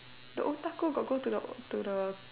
the otaku got go to the to the